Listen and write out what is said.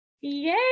Yay